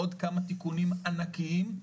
עוד כמה תיקונים ענקיים.